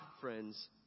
friends